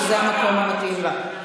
וזה המקום המתאים לה.